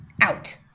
out